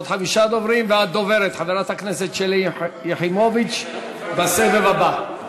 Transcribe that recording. ואת דוברת, חברת הכנסת שלי יחימוביץ, בסבב הבא.